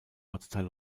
ortsteil